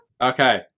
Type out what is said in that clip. Okay